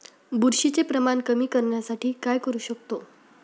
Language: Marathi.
बुरशीचे प्रमाण कमी करण्यासाठी काय करू शकतो?